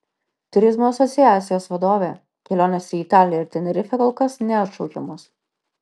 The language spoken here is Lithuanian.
turizmo asociacijos vadovė kelionės į italiją ir tenerifę kol kas neatšaukiamos